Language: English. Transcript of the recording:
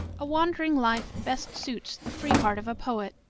a wandering life best suits the free heart of a poet.